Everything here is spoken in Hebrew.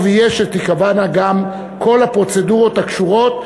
טוב יהיה שתיקבענה גם כל הפרוצדורות הקשורות,